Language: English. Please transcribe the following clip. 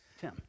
Tim